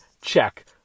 Check